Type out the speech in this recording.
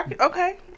okay